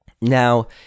Now